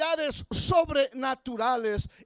sobrenaturales